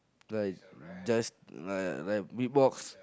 like just like like beatbox